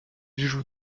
joue